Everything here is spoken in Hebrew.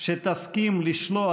שתסכים לשלוח